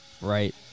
Right